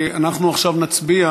אנחנו עכשיו נצביע